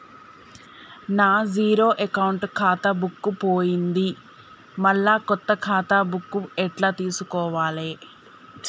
నా zero account ఖాతా book పోయింది మళ్ళా కొత్త ఖాతా బుక్కు ఎట్ల తీసుకోవాలే?